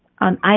on